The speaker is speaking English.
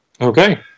Okay